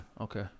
Okay